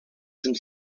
some